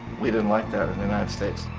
we didn't like that in the united states.